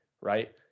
right